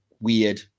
weird